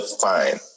fine